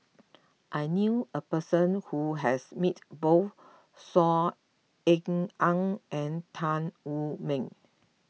I knew a person who has met both Saw Ean Ang and Tan Wu Meng